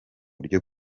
ryo